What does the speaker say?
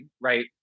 right